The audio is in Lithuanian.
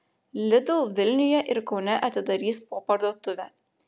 lidl vilniuje ir kaune atidarys po parduotuvę